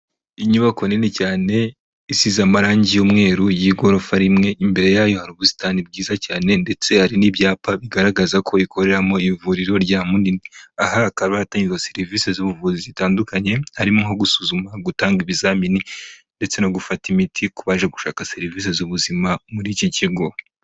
Inyubako nini cyane isize amarangi y'umweru y'igorofa rimwe, imbere yayo hari ubusitani bwiza cyane ndetse hari n'ibyapa bigaragaza ko ikoreramo ivuriro rya Munini. Aha hakaba hatangirwagwa serivise z'ubuvuzi zitandukanye harimo nko gusuzuma, gutanga ibizamini ndetse no gufata imiti ku baje gushaka serivise z'ubuzima muri iki kigo.